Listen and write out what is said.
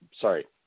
sorry